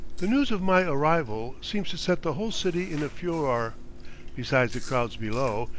the news of my arrival seems to set the whole city in a furore besides the crowds below,